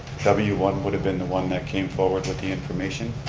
w one would have been the one that came forward with the information,